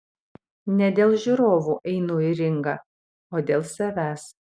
ne dėl žiūrovų einu į ringą o dėl savęs